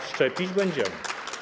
A szczepić będziemy.